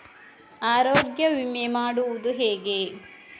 ಆರೋಗ್ಯ ವಿಮೆ ಮಾಡುವುದು ಹೇಗೆ?